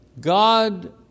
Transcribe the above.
God